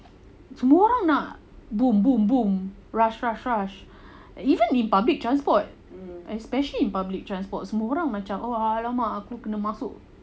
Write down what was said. semua orang nak boom boom boom rush rush rush even in public transport especially in public transport semua orang macam oh !alamak! aku kena masuk